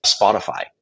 Spotify